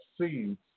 seeds